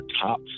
top